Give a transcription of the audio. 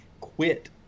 quit